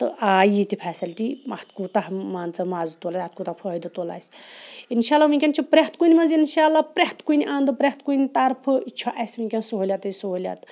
تہٕ آے یہِ تہِ فیسلٹی اَتھ کوٗتاہ مان ژٕ مَزٕ تُل اَتھ کوٗتاہ فٲیدٕ تُل اَسہِ اِنشاءاللہ وٕنۍکٮ۪ن چھُ پرٛٮ۪تھ کُنہِ منٛز اِنشاءاللہ پرٛٮ۪تھ کُنہِ اَندٕ پرٛٮ۪تھ کُنہِ طرفہٕ چھُ اَسہِ وٕنۍکٮ۪نَس سہوٗلیتٕے سہوٗلیت